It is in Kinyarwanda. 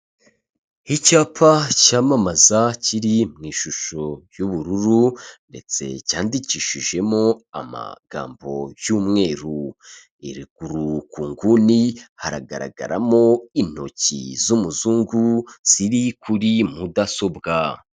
Icyapa cyamamaza kiri mu ishusho y'ubururu ndetse cyandikishijemo amagambo y'umweru, ruguru ku nguni hagaragaramo intoki z'umuzungu ziri kuri mudasobwa.